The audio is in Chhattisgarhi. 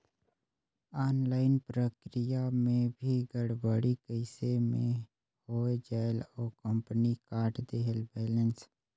ऑनलाइन प्रक्रिया मे भी गड़बड़ी कइसे मे हो जायेल और कंपनी काट देहेल बैलेंस?